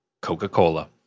Coca-Cola